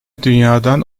dünyadan